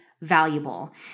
valuable